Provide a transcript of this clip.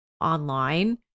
online